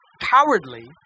cowardly